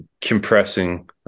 compressing